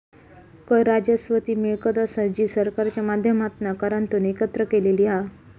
कर राजस्व ती मिळकत असा जी सरकारच्या माध्यमातना करांतून एकत्र केलेली हा